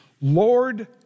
Lord